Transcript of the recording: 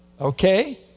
Okay